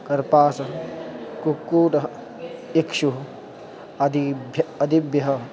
कार्पासः कुक्कुटः इक्षुः आदिभ्यः अदिभ्यः